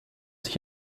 sich